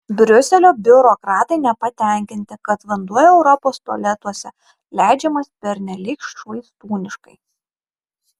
briuselio biurokratai nepatenkinti kad vanduo europos tualetuose leidžiamas pernelyg švaistūniškai